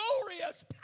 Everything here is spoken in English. glorious